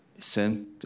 sent